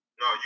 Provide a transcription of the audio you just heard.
No